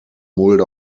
mulde